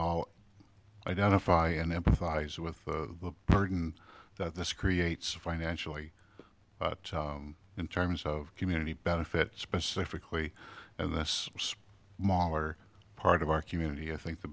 all identify and empathize with the burden that this creates financially but in terms of community benefit specifically and this model or part of our community i think the